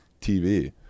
TV